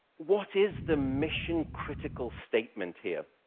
what is the mission-critical statement here?